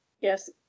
yes